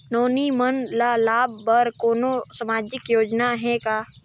नोनी मन ल लाभ बर कोनो सामाजिक योजना हे का?